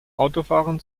autofahren